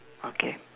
okay